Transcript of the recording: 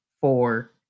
four